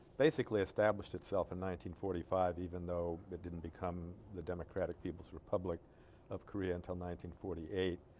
basically established itself in nineteen forty five even though it didn't become the democratic people's republic of korea until nineteen forty eight